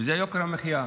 וזה יוקר המחיה.